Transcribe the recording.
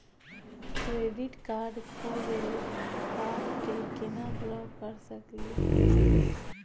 Credit card खो गैली, card क केना ब्लॉक कर सकली हे?